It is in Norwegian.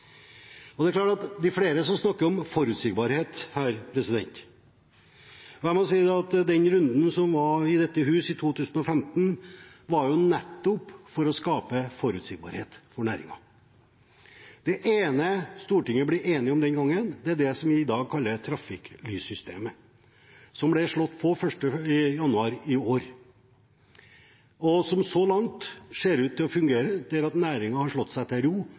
Det er flere som snakker om forutsigbarhet her. Den runden som var i dette hus i 2015, var nettopp for å skape forutsigbarhet for næringen. Det ene som Stortinget ble enig om den gangen, er det som i dag kalles trafikklyssystemet. Det ble slått på 1. januar i år. Så langt ser det ut til å fungere, og næringen har slått seg til ro